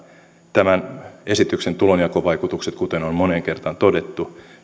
tämän esityksen tulonjakovaikutukset kuten on moneen kertaan todettu